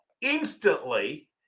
instantly